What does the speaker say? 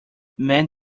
mend